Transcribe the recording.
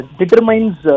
determines